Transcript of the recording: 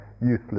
useless